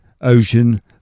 ocean